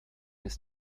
ist